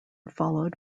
followed